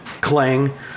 Clang